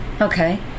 Okay